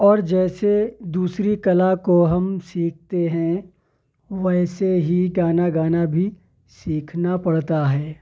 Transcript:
اور جیسے دوسری کلا کو ہم سیکھتے ہیں ویسے ہی گانا گانا بھی سیکھنا پڑتا ہے